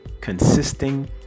consisting